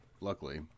luckily